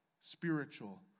spiritual